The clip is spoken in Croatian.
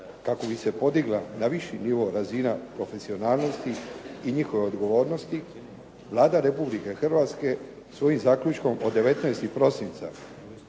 kako bi se podigla na viši nivo razina profesionalnosti i njihove odgovornosti Vlada Republike Hrvatske svojim zaključkom od 19. prosinca